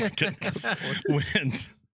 wins